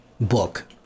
book